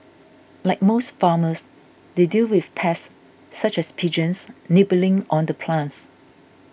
like most farmers they deal with pests such as pigeons nibbling on the plants